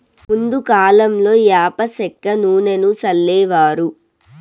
ముందు కాలంలో యాప సెక్క నూనెను సల్లేవారు